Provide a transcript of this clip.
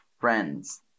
friends